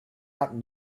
out